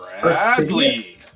Bradley